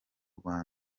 rwanda